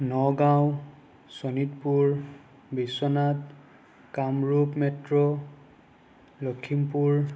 Nagaon Sonitpur Biswanath Kamrup metro Lakhimpur